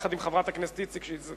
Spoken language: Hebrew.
יחד עם חברת הכנסת איציק,